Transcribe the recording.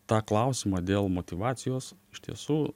tą klausimą dėl motyvacijos iš tiesų